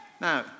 now